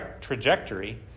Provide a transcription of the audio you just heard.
trajectory